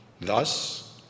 Thus